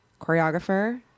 choreographer